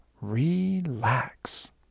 Relax